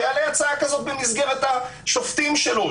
שיעלה הצעה כזאת במסגרת השופטים שלו,